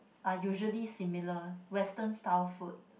are usually similar western style food